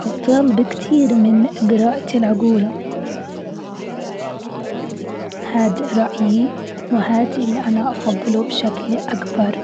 أفضل بكتير من قراءة العقول، هاد رأيي وهاد اللي أنا بفضله بشكل أكبر.